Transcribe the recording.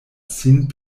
sin